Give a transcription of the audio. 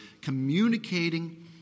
communicating